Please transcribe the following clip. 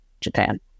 Japan